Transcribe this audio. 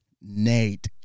Nate